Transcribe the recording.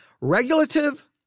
Regulative